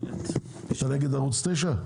אתה נגד ערוץ 9?